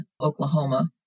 Oklahoma